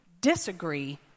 disagree